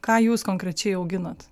ką jūs konkrečiai auginat